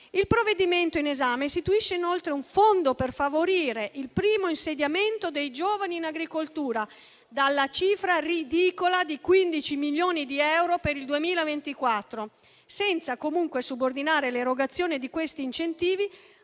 Il provvedimento in esame istituisce, inoltre, un fondo per favorire il primo insediamento dei giovani in agricoltura, dalla cifra ridicola di 15 milioni di euro per il 2024, senza comunque subordinare l'erogazione di questi incentivi